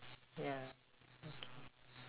ya okay